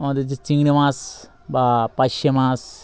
আমাদের যে চিংড়ি মাছ বা পার্সে মাছ